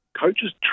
coaches